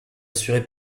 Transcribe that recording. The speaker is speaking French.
assurée